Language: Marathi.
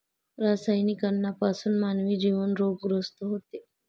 रासायनिक अन्नापासून मानवी जीवन रोगग्रस्त होते